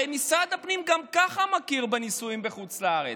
הרי משרד הפנים גם ככה מכיר בנישואים בחוץ לארץ.